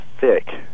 thick